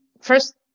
first